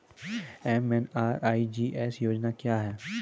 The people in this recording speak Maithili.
एम.एन.आर.ई.जी.ए योजना क्या हैं?